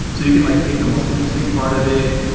so you can like pick the most interesting part of it.